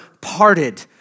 parted